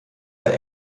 bei